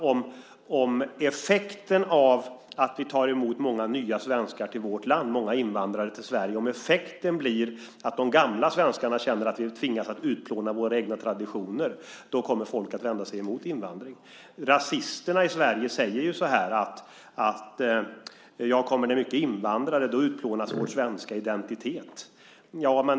Om effekten av att vi tar emot många nya svenskar till vårt land, många invandrare till Sverige, blir att de gamla svenskarna känner att vi tvingas utplåna våra egna traditioner, då kommer folk att vända sig emot invandring. Rasisterna i Sverige säger ju: Kommer det mycket invandrare utplånas ju vår svenska identitet.